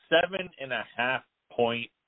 seven-and-a-half-point